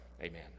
Amen